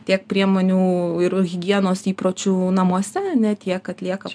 tiek priemonių ir higienos įpročių namuose ar ne tiek atlieka